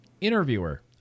Interviewer